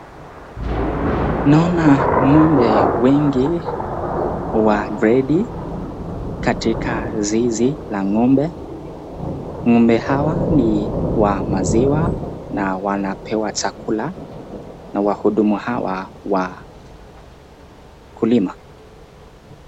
Naona ng'ombe wengi wa gredi katika zizi la ng'ombe, ng'ombe hawa ni wa maziwa na wanapewa chakula na wahudumu hawa wakulima.